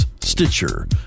Stitcher